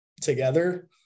together